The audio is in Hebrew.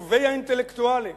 טובי האינטלקטואלים